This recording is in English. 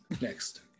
Next